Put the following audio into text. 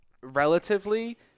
relatively